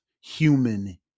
human